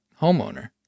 homeowner